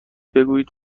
بگویید